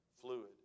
fluid